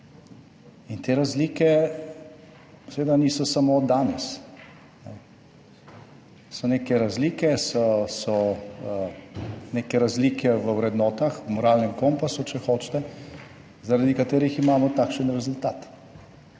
In te razlike seveda niso samo danes, so neke razlike, so neke razlike v vrednotah, v moralnem kompasu, če hočete, zaradi katerih imamo takšen rezultat.